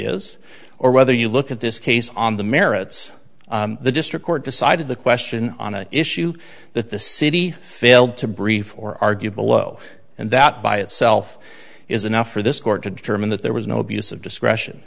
is or whether you look at this case on the merits the district court decided the question on an issue that the city failed to brief or argue below and that by itself is enough for this court to determine that there was no abuse of discretion